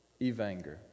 Evanger